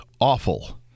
awful